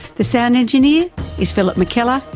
the sound engineer is phillip mckellar.